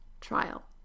trial